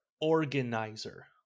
organizer